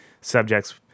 subjects